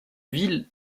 ville